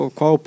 Qual